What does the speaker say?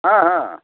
ହଁ ହଁ